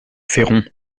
féron